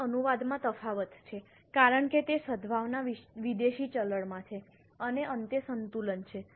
ચલણ અનુવાદમાં તફાવત છે કારણ કે તે સદ્ભાવના વિદેશી ચલણમાં છે અને અંતે સંતુલન છે